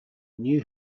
new